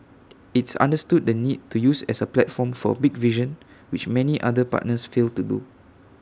it's understood the need to use as A platform for A big vision which many other partners fail to do